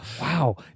Wow